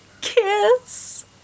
kiss